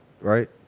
right